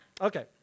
Okay